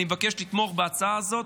אני מבקש לתמוך בהצעה הזאת